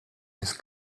his